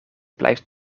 blijft